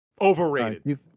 Overrated